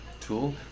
Tool